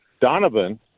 Donovan